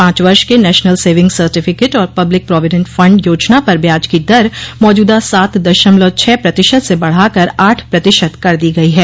पांच वर्ष के नेशनल सेविंग्स सर्टिफिकेट और पब्लिक प्रॉविडेंट फंड योजना पर ब्याज की दर मौजूदा सात दशमलव छह प्रतिशत से बढ़ाकर आठ प्रतिशत कर दी गई है